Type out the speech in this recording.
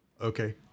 okay